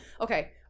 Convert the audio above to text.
Okay